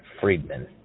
Friedman